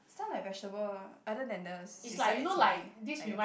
stun like vegetable other than the seaside at Simei I guess